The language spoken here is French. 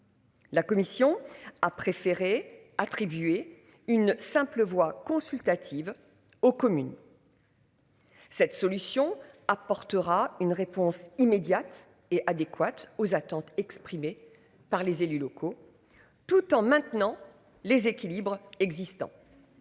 La commission a préféré attribuer une simple voix consultative aux communes. Cette solution apportera une réponse immédiate et adéquates aux attentes exprimées par les élus locaux. Tout en maintenant les équilibres existants.